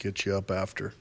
get you up after